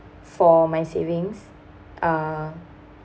for my savings uh